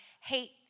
hate